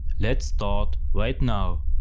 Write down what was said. let's start right now.